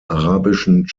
arabischen